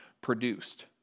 produced